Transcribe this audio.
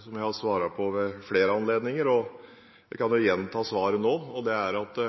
som jeg har svart på ved flere anledninger. Jeg kan gjenta svaret nå. Det er at